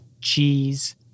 cheese